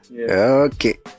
okay